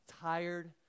tired